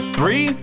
Three